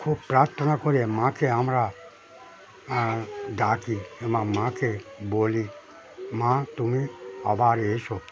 খুব প্রার্থনা করে মাকে আমরা ডাকি এবং মাকে বলি মা তুমি আবার এসো